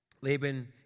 Laban